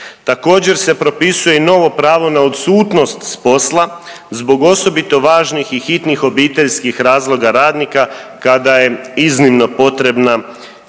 Također se propisuje i novo pravo na odsutnost s posla zbog osobito važnih i hitnih obiteljskih razloga radnika kada je iznimno potrebna